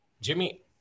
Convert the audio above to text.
Jimmy